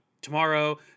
tomorrow